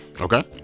Okay